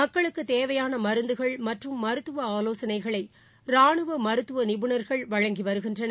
மக்களுக்குத் தேவையானமருந்துகள் மற்றும் மருத்துவஆலோசனைகளைரானுவமருத்துவநிபுணா்கள் வழங்கிவருகின்றனர்